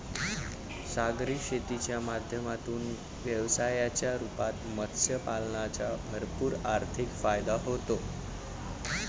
सागरी शेतीच्या माध्यमातून व्यवसायाच्या रूपात मत्स्य पालनाचा भरपूर आर्थिक फायदा होतो